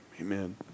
amen